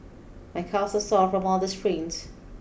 my calves sore from all the sprints